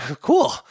Cool